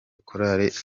korali